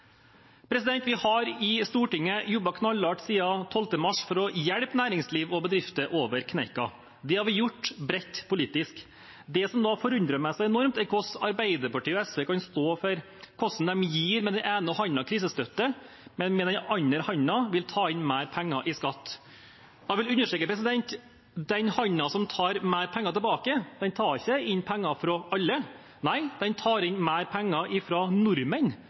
Vi har i Stortinget jobbet knallhardt siden 12. mars for å hjelpe næringsliv og bedrifter over kneika. Det har vi gjort bredt politisk. Det som da forundrer meg så enormt, er hvordan Arbeiderpartiet og SV kan stå for hvordan de gir krisestøtte med den ene hånden, men vil ta inn mer penger i skatt med den andre. Jeg vil understreke: Den hånden som tar mer penger tilbake, den tar ikke inn penger fra alle. Nei, den tar inn mer penger fra nordmenn